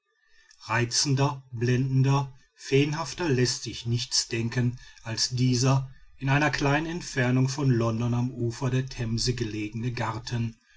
reizender blendender feenhafter läßt sich nichts denken als dieser in einer kleinen entfernung von london am ufer der themse gelegene garten